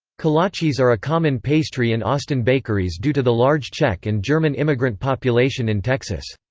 kolaches are a common pastry in austin bakeries due to the large czech and german immigrant population in texas.